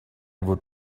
would